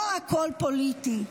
לא הכול פוליטי.